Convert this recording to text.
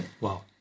Wow